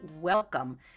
welcome